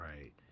Right